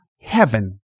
heaven